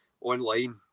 online